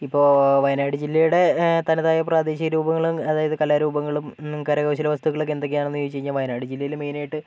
ഇപ്പോൾ വയനാട് ജില്ലയുടെ തനതായ പ്രാദേശികരൂപങ്ങളും അതായത് കലാരൂപങ്ങളും കരകൗശല വസ്തുക്കളൊക്കെ എന്തൊക്കെയാണെന്ന് ചോദിച്ചുകഴിഞ്ഞാൽ വയനാട് ജില്ലയിലെ മെയിനായിട്ട്